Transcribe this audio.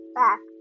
back